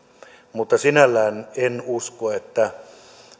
mutta sinällään en usko että